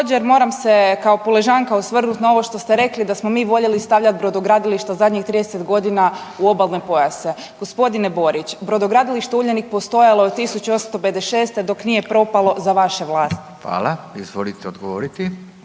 Hvala. Izvolite odgovoriti.